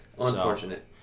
Unfortunate